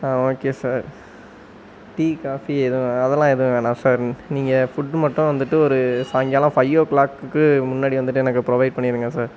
okay sir tea coffee எதுவும் அதல்லாம் எதுவும் வேணாம் சார் நீங்க ஃபுட்டு மட்டும் வந்துவிட்டு ஒரு சாய்ங்காலம் ஃபை யோ கிளாக்குக்கு முன்னாடி வந்துவிட்டு எனக்கு ப்ரொவைட் பண்ணிடுங்க சார்